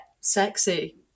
sexy